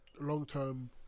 long-term